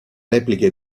repliche